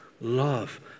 love